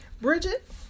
Bridget